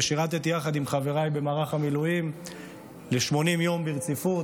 ושירתי יחד עם חבריי במערך המילואים 80 יום ברציפות,